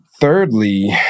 thirdly